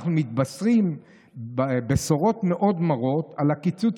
אנחנו מתבשרים בשורות מאוד מרות על הקיצוץ